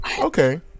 okay